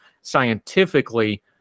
scientifically